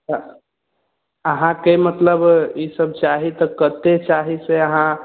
तऽ अहाँकेँ मतलब ई सब चाही तऽ कते चाही से अहाँ